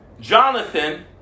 Jonathan